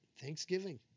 thanksgiving